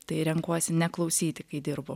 tai renkuosi neklausyti kai dirbu